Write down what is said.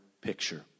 picture